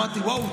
ואמרתי: וואו,